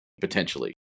potentially